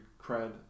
cred